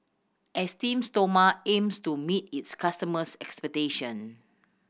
Esteem Stoma aims to meet its customers' expectation